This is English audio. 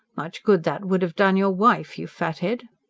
much good that would have done your wife, you fathead!